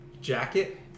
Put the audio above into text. jacket